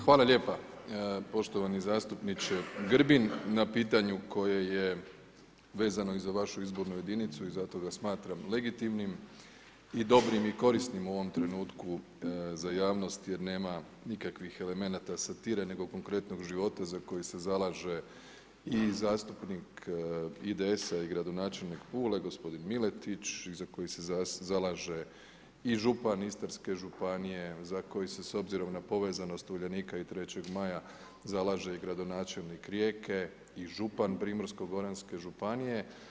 Hvala lijepa poštovani zastupniče Grbin na pitanju koje je vezano i za vašu izbornu jedinicu i zato ga smatram legitimnim i dobrim i korisnim u ovom trenutku za javnost jer nema nikakvih elemenata satire nego konkretnog života za koji se zalaže i zastupnik IDS-a i gradonačelnik Pule, gospodin Miletić i za koji se zalaže i župan Istarske županije, za koji se s obzirom na povezanost Uljanika i Trećeg Maja zalaže i gradonačelnik Rijeke i župan Primorsko-goranske županije.